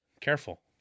Careful